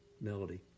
melody